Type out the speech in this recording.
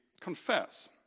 confess